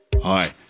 Hi